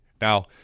Now